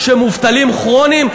שהם מובטלים כרוניים?